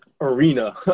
arena